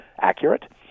accurate